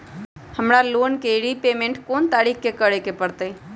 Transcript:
हमरा loan repayment कोन तारीख के करे के परतई?